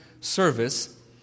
service